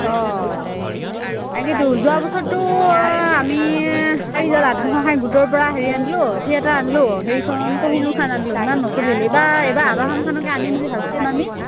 অঁ তাকেতো যোৱা বছৰতো আমি পাৰিজাত আত্মসহায়ক গোটৰ পৰা হেৰি আনিলোঁ থিয়েটাৰ আনিলোঁ হেৰিখন কহিণুৰখন আনিলো ইমান নচলিলে এইবাৰ এইবাৰ আৱাহনখনকে আনিম বুলি ভাবিছোঁ আমি